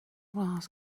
glass